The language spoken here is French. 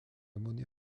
monnaie